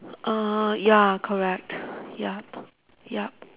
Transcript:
uh ya correct ya ya